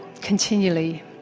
continually